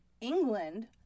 England